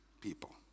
people